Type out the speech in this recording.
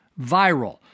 viral